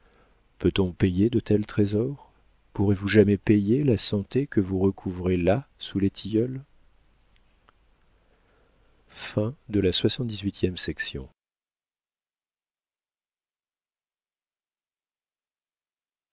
peut-on payer de tels trésors pourrez-vous jamais payer la santé que vous recouvrez là sous les tilleuls